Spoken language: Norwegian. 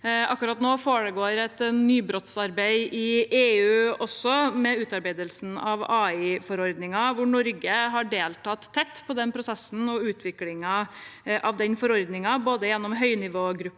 Akkurat nå foregår det et nybrottsarbeid i EU også med utarbeidelse av AI-forordningen, hvor Norge har deltatt tett på den prosessen og utviklingen av forordningen gjennom høynivågruppen om